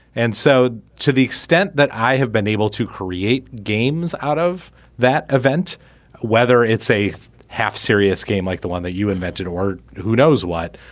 and so to the extent that i have been able to create games out of that event whether it's a half serious game like the one that you invented or who knows what.